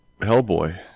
Hellboy